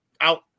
out